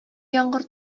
яңгыр